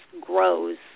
grows